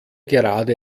gerade